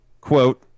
Quote